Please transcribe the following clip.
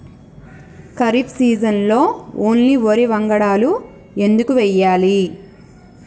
ఖరీఫ్ సీజన్లో ఓన్లీ వరి వంగడాలు ఎందుకు వేయాలి?